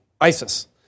ISIS